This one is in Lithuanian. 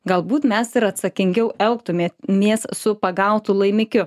galbūt mes ir atsakingiau elgtumėmės mes su pagautu laimikiu